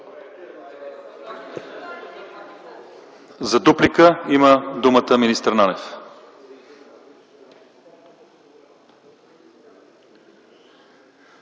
За дуплика има думата министър Нанев.